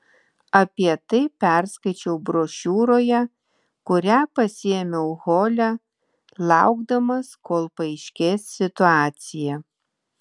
apie tai perskaičiau brošiūroje kurią pasiėmiau hole laukdamas kol paaiškės situacija